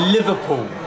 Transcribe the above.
Liverpool